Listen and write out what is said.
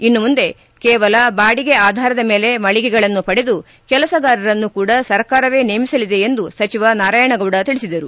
ಇನ್ನು ಮುಂದೆ ಕೇವಲ ಬಾಡಿಗೆ ಆಧಾರದ ಮೇಲೆ ಮಳಿಗೆಗಳನ್ನು ಪಡೆದು ಕೆಲಸಗಾರರನ್ನು ಕೂಡ ಸರ್ಕಾರವೇ ನೇಮಿಸಲಿದೆ ಎಂದು ಸಚಿವ ನಾರಾಯಣಗೌಡ ತಿಳಿಸಿದರು